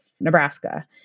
Nebraska